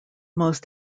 most